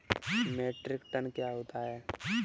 Metric tonne क्या होता है?